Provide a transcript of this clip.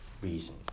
reason